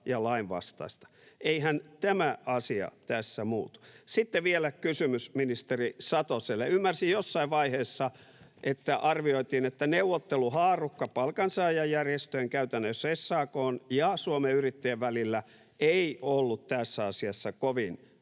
ja lainvastaista. Eihän tämä asia tässä muutu. Sitten vielä kysymys ministeri Satoselle: Ymmärsin jossain vaiheessa, että arvioitiin, että neuvotteluhaarukka palkansaajajärjestöjen, käytännössä SAK:n ja Suomen Yrittäjien, välillä ei ollut tässä asiassa kovin laaja,